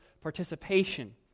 participation